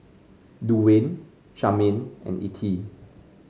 Duwayne Charmaine and Ettie